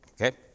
Okay